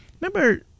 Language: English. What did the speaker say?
remember